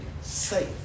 safe